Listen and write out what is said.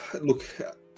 look